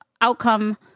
outcome